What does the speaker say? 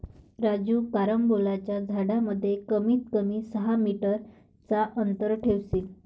राजू कारंबोलाच्या झाडांमध्ये कमीत कमी सहा मीटर चा अंतर ठेवशील